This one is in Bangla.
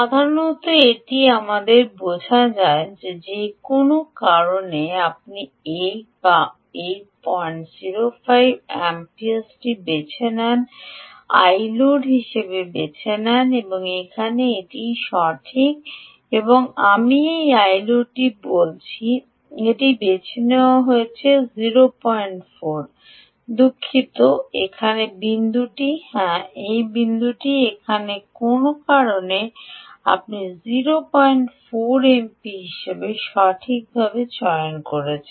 সাধারণত এটি আমাদের বোঝা যাক যে কোনও কারণে আপনি 8 085 amps হিসাবে Iload বেছে নিয়েছেন যা এইখানেই ঠিক এই আমি এই Iload বলছি এটি বেছে নেওয়া হয়েছে 08 দুঃখিত এখানে বিন্দুটি হ্যাঁ এই বিন্দুটি এখানে কোনও কারণে আপনি 08 এমপি সঠিকভাবে চয়ন করেছেন